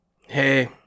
hey